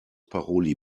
paroli